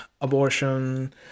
abortion